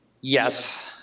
Yes